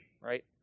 right